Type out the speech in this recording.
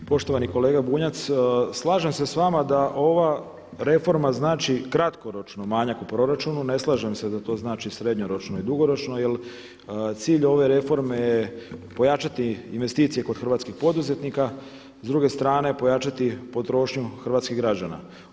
Poštovani kolega Bunjac, slažem se s vama da ova reforma znači kratkoročno manjak u proračunu, ne slažem se da to znači srednjoročno i dugoročno jel cilj ove reforme je pojačati investicije kod hrvatskih poduzetnika, s druge strane pojačati potrošnju hrvatskih građana.